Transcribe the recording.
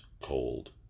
cold